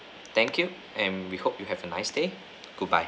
thank you and we hope you have a nice day goodbye